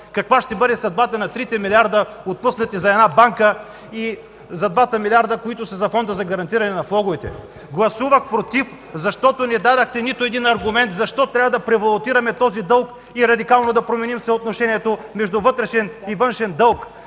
Каква ще бъде съдбата на трите милиарда, отпуснати за една банка, и за двата милиарда, които са за Фонда за гарантиране на влоговете. Гласувах „против”, защото не дадохте нито един аргумент защо трябва да превалутираме този дълг и радикално да променим съотношението между вътрешен и външен дълг.